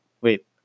Wait